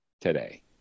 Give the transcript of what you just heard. today